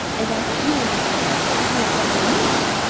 and i hope you understand what it is that i mean.